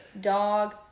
dog